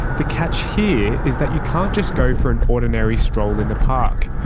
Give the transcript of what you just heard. the catch here is that you can't just go for an ordinary stroll in the park.